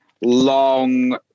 long